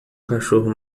cachorro